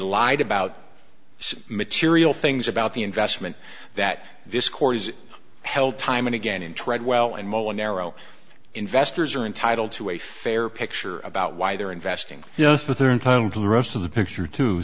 lied about material things about the investment that this court has held time and again and treadwell and more narrow investors are entitled to a fair picture about why they're investing yes but they're entitled to the rest of the picture too